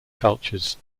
cultures